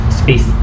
space